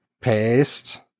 Paste